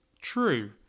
true